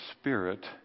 Spirit